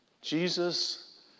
Jesus